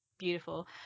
beautiful